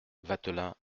vatelin